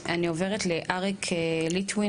אני עוברת לד״ר אריק ליטווין.